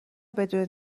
بدون